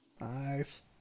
Nice